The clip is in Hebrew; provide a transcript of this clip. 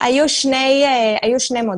היו שני מודלים.